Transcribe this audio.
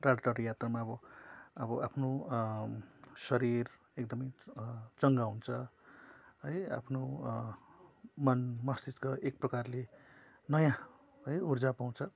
टाडा टाडा यात्रामा अब अब आफ्नो शरीर एकदम चङ्गा हुन्छ है आफ्नो मन मस्तिष्क एक प्रकारले नयाँ है ऊर्जा पाउँछ